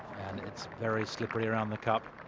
and it's very slippery around the cup.